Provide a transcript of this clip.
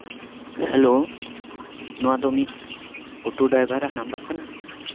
hello ᱱᱚᱣᱟ ᱫᱚ ᱢᱤᱫ ᱚᱴᱳ ᱰᱟᱭᱵᱷᱟᱨᱟᱜ ᱱᱟᱢᱵᱟᱨ ᱠᱟᱱᱟ